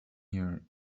here